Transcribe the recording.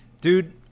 dude